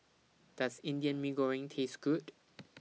Does Indian Mee Goreng Taste Good